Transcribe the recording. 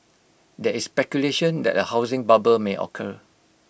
there is speculation that A housing bubble may occur